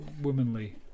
womanly